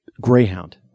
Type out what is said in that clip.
greyhound